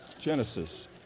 Genesis